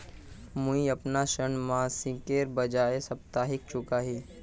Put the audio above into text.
मुईअपना ऋण मासिकेर बजाय साप्ताहिक चुका ही